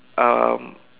um